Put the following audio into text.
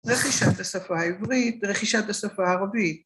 רכישת השפה העברית, ורכישת השפה הערבית.